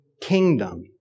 kingdom